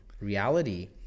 reality